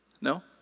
No